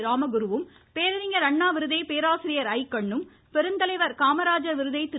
ராமகுருவும் பேரறிஞர் அண்ணா விருதை பேராசிரியர் அய்க்கண்ணும் பெருந்தலைவர் காமராஜர் விருதை திரு